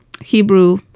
Hebrew